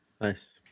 Nice